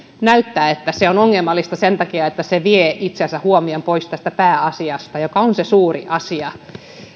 näyttää että se on ongelmallista sen takia että se vie itse asiassa huomion pois tästä pääasiasta joka on se suuri asia